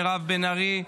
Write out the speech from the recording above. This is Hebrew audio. מירב בן ארי,